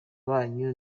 banyu